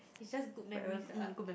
it's just good memories ah